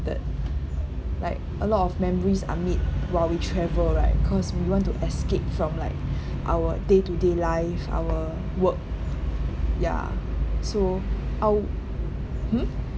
like a lot of memories are made while we travel right cause we want to escape from like our day-to-day life our work ya so I'll hmm